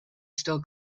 still